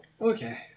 Okay